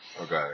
okay